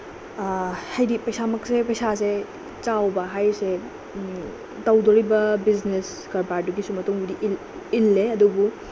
ꯍꯥꯏꯗꯤ ꯄꯩꯁꯥꯃꯛꯁꯦ ꯄꯩꯁꯥꯁꯦ ꯆꯥꯎꯕ ꯍꯥꯏꯁꯦ ꯇꯧꯗꯣꯔꯤꯕ ꯕꯤꯖꯤꯅꯦꯁ ꯀꯔꯕꯥꯔꯗꯨꯒꯤꯁꯨ ꯃꯇꯨꯡꯕꯨꯗꯤ ꯏꯜꯂꯦ ꯑꯗꯨꯕꯨ